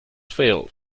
failed